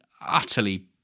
Utterly